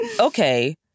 Okay